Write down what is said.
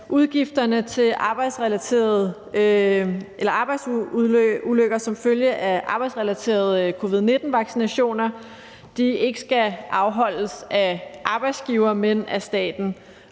udgifterne til arbejdsulykker som følge af arbejdsrelaterede covid-19-vaccinationer ikke skal afholdes af arbejdsgiver, men af staten.